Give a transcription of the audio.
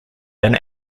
than